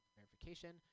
verification